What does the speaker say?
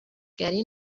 گری